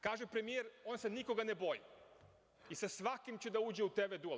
Kaže premijer - on se nikoga ne boji i sa svakim će da uđe u TV duel.